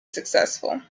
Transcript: successful